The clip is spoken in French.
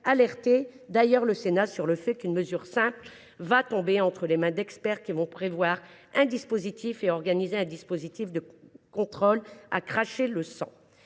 alertait le Sénat en ces termes :« Une mesure simple va tomber entre les mains d’experts qui vont prévoir un dispositif et organiser un dispositif de contrôle à cracher le sang.